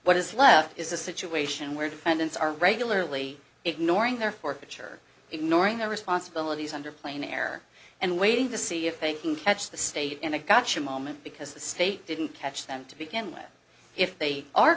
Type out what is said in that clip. what is left is a situation where defendants are regularly ignoring their for pitch or ignoring their responsibilities under plain air and waiting to see if they can catch the state in a gotcha moment because the state didn't catch them to begin with if they are